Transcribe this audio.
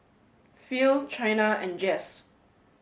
Phil Chynna and Jess